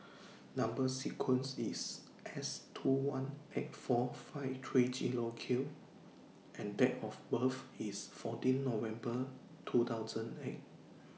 Number sequence IS S two one eight four five three Zero Q and Date of birth IS fourteen November two thousand eight